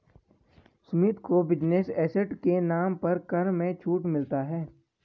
सुमित को business asset के नाम पर कर में छूट मिलता है